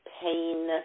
pain